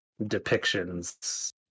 depictions